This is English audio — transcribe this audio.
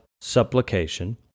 supplication